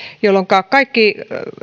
jolloinka kaikki